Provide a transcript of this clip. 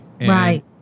Right